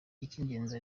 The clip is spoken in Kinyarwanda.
icy’ingenzi